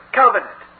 covenant